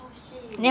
oh shit